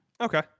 Okay